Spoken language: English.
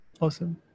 Awesome